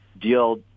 deal